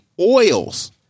oils